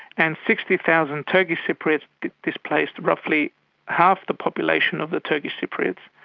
and sixty thousand turkish cypriots displaced, roughly half the population of the turkish cypriots.